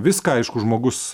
viską aišku žmogus